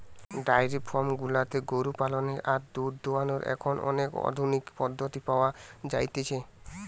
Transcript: diary farm গুলাতে গরু পালনের আর দুধ দোহানোর এখন অনেক আধুনিক পদ্ধতি পাওয়া যতিছে